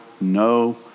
no